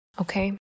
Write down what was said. Okay